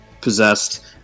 possessed